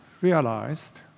realized